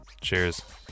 Cheers